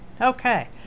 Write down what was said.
Okay